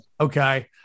okay